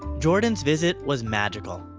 jordan's visit was magical.